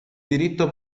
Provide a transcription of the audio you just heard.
diritto